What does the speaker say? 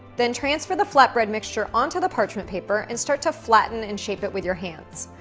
then, transfer the flatbread mixture onto the parchment paper and start to flatten and shape it with your hands.